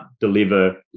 deliver